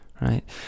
right